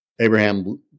Abraham